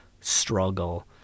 struggle